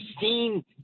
seen